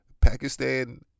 Pakistan